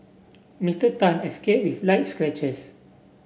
Mister Tan escaped with light scratches